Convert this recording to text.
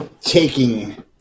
taking